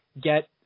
get